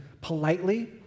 politely